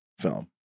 film